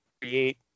create